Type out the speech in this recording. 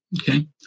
Okay